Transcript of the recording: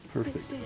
Perfect